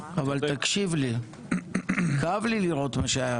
תקשיב לי, כאב לי לראות את מה שהיה.